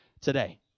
today